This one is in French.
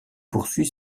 poursuit